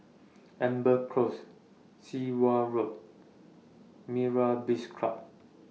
Amber Close Sit Wah Road Myra's Beach Club